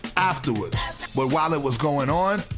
afterwards. but while it was going on,